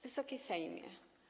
Wysoki Sejmie!